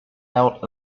out